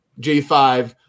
J5